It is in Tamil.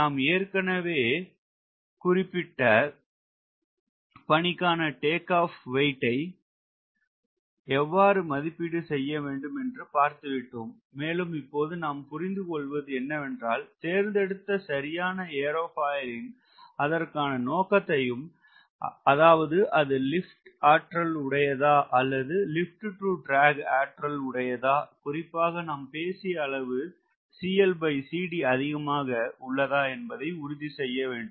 நாம் ஏற்கனவே ஒரு குறிப்பிட்ட பணிக்கான டேக் ஆப் வெயிட் ஐ எவ்வாறு மதிப்பீடு செய்ய வேண்டும் என்று பார்த்துவிட்டோம் மேலும் இப்போது நாம் புரிந்து கொள்வது என்னவென்றால் தேர்ந்தெடுத்த சரியான ஏரோபாயிலின் அதற்கான நோக்கத்தை அதாவது அது லிப்ட் ஆற்றலுடையதா அல்லது லிப்ட் டு ட்ராக் ஆற்றலுடையதா குறிப்பாக நாம் பேசிய அளவு அதிகமான என்பதை உறுதி செய்ய வேண்டும்